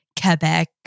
Quebec